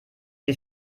sie